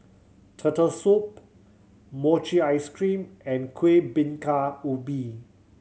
Turtle Soup mochi ice cream and Kueh Bingka Ubi